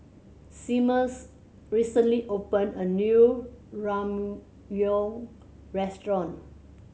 Seamus recently opened a new Ramyeon Restaurant